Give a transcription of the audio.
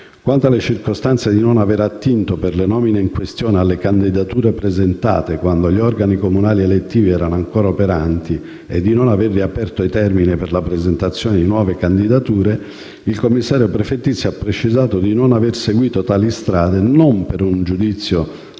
Quanto alle circostanze di non aver attinto, per le nomine in questione, alle candidature presentate quando gli organi comunali elettivi erano ancora operanti e di non aver riaperto i termini per la presentazione di nuove candidature, il commissario prefettizio ha precisato di non aver seguito tali strade non per un giudizio